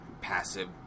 passive